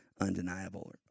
undeniable